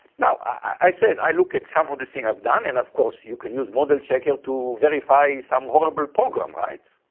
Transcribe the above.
now, i said i look at some of the things i've done and of course you can use model checking to verify some horrible program, right?